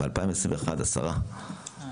מ-2021 עשרה.